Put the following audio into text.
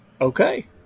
Okay